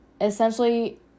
essentially